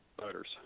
voters